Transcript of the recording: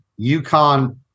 UConn